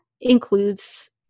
includes